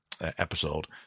episode